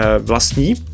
vlastní